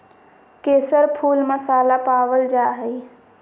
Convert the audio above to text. केसर फुल मसाला पावल जा हइ